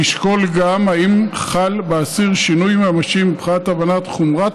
תשקול גם אם חל באסיר שינוי ממשי מבחינת הבנת חומרת